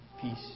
peace